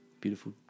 beautiful